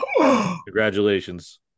Congratulations